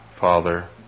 Father